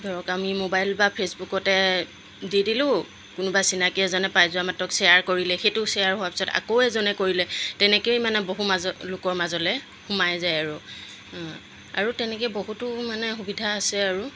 ধৰক আমি মোবাইল বা ফেচবুকতে দি দিলোঁ কোনোবাই চিনাকি এজনে পাই যোৱা মাত্ৰক শ্বেয়াৰ কৰিলে সেইটো শ্বেয়াৰ হোৱাৰ পিছত আকৌ এজনে কৰিলে তেনেকেই মানে বহু লোকৰ মাজলৈ সোমাই যায় আৰু আৰু তেনেকৈ বহুতো মানে সুবিধা আছে আৰু